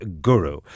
guru